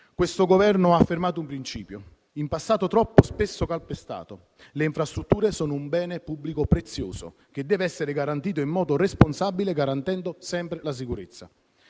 Questo Governo ha affermato un principio, in passato troppo spesso calpestato: le infrastrutture sono un bene pubblico prezioso che deve essere garantito in modo responsabile garantendo sempre la sicurezza.